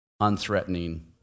unthreatening